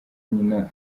nyina